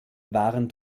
waren